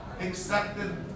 accepted